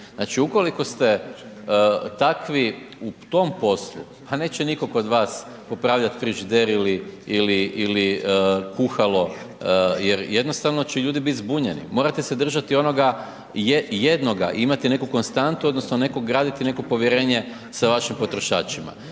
Znači ukoliko ste takvi u tom poslu, neće nitko kod vas popravljati frižider ili kuhalo jer jednostavno će ljudi bit zbunjeni, morate se držati onoga jednoga, imati neku konstantu odnosno graditi neko povjerenje sa vašim potrošačima.